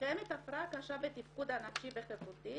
קיימת הפרעה קשה בתפקוד נפשי וחברותי,